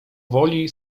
woli